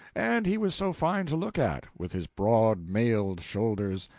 and he was so fine to look at, with his broad mailed shoulders,